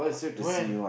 when